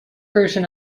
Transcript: version